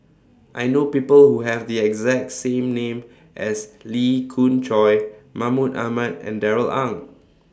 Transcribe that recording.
I know People Who Have The exact same name as Lee Khoon Choy Mahmud Ahmad and Darrell Ang